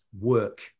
work